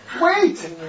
Wait